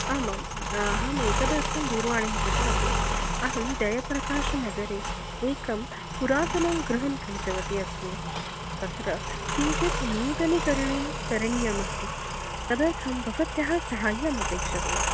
आमाम् अहम् एतदर्थं दूरवाणीं कृतवती अहं जयप्रकाशनगरे एकं पुरातनं गृहं क्रीतवती अस्मि तत्र किञ्चित् नूतनीकरणं करणीयमस्ति तदर्थं भवत्याः सहायमपेक्ष्यते